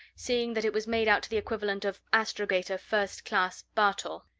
seeing that it was made out to the equivalent of astrogator, first class, bartol.